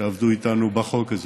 שעבדו איתנו בחוק הזה,